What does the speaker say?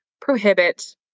prohibit